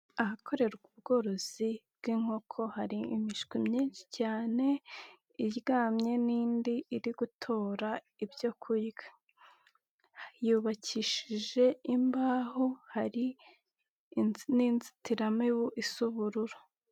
Ahakorerwa ubworozi bw'inkoko hari imishwi myinshi cyane iryamye n'indi iri gutora ibyo kurya, yubakishije imbaho hari n'inzitiramibu isa ubururu.